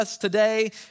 Today